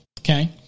Okay